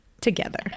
together